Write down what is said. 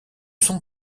son